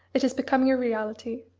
it is becoming a reality.